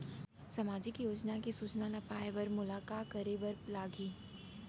सामाजिक योजना के सूचना ल पाए बर मोला का करे बर लागही?